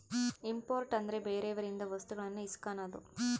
import ಅಂದ್ರೆ ಬೇರೆಯವರಿಂದ ವಸ್ತುಗಳನ್ನು ಇಸ್ಕನದು